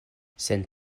sen